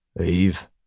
Eve